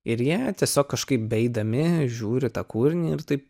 ir jie tiesiog kažkaip beeidami žiūri tą kūrinį ir taip